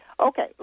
Okay